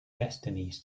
destinies